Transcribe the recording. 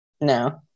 No